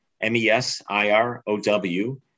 M-E-S-I-R-O-W